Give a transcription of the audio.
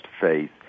faith